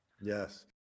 Yes